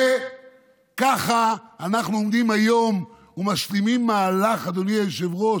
ככה אנחנו עומדים היום ומשלימים, אדוני היושב-ראש,